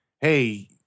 Hey